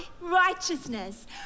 righteousness